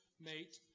mate